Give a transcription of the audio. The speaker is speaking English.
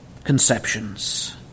conceptions